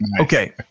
Okay